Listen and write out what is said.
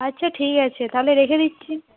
আচ্ছা ঠিক আছে তাহলে রেখে দিচ্ছি